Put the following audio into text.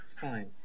Fine